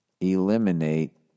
eliminate